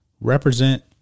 Represent